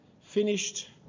finished